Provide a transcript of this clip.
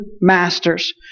masters